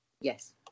Yes